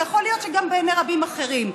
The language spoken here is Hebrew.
ויכול להיות שגם בעיני רבים אחרים.